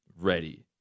ready